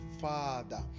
father